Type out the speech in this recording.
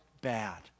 bad